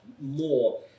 more